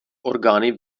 orgány